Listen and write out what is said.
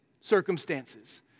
circumstances